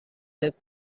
lives